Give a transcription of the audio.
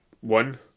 one